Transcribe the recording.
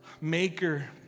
maker